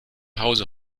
hause